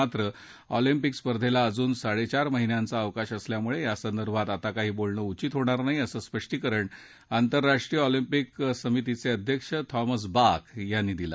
मात्र ऑलिंपिक स्पर्धेला अजून साडेचार महिन्यांचा अवकाश असल्यामुळे यासंदर्भात आता काही बोलणं उधित होणार नाही असं स्पष्टीकरण आंतरराष्ट्रीय ऑलिंपिक समितीचे अध्यक्ष थॉमस बाक यांनी दिलं